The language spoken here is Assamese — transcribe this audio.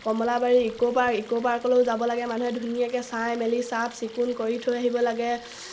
কমলাবাৰী ইক'পাৰ্ক ইক'পাৰ্কলৈয়ো যাব লাগে মানুহে ধুনীয়াকৈ চাই মেলি চাফচিকুণ কৰি থৈ আহিব লাগে